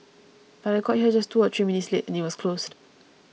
but I got here just two or three minutes late and it was closed